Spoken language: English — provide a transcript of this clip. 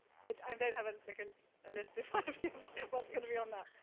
i um don't have ah like and a list of what's going to be on that.